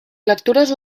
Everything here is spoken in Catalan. lectures